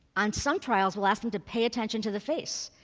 on some trials, we'll ask them to pay attention to the face.